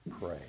pray